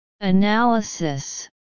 analysis